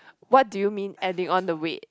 what do you mean adding on the weight